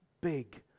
big